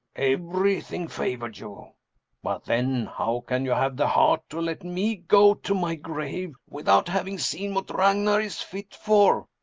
everything favoured you. but then how can you have the heart to let me go to my grave without having seen what ragnar is fit for?